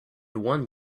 one